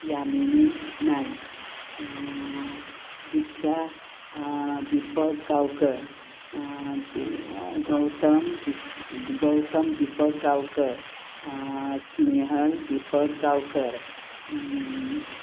यामिनी नायक दिक्षा दिपक गांवकर गौतम दिश गौतम दिपक गांवकर स्नेहल दिपक गांवकर